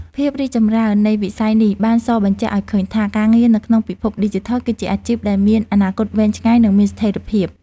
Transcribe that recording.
ភាពរីកចម្រើននៃវិស័យនេះបានសបញ្ជាក់ឱ្យឃើញថា ការងារនៅក្នុងពិភពឌីជីថល គឺជាអាជីពដែលមានអនាគតវែងឆ្ងាយនិងមានស្ថិរភាព។